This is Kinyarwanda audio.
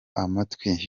amatwi